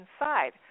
inside